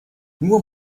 nur